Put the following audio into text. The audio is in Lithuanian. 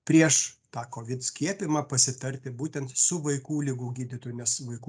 prieš tą kovid skiepijimą pasitarti būtent su vaikų ligų gydytoju nes vaikų